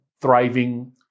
thriving